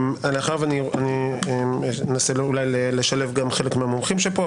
אני אנסה לשלב גם חלק מהמומחים שפה,